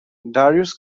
darius